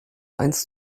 eins